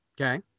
Okay